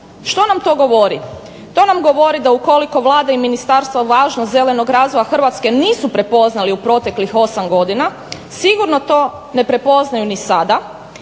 Što nam to govori? To nam govori da ukoliko Vlada i ministarstvo važnost zelenog razvoja Hrvatske nisu prepoznali u proteklih 8 godina sigurno to ne prepoznaju ni sada